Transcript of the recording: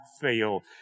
fail